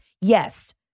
Yes